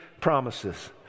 promises